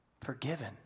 Forgiven